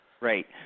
Right